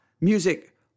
music